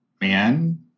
man